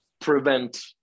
prevent